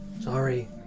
Sorry